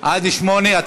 עד 8. עד 8?